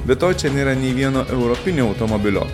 be to čia nėra nei vieno europinio automobilio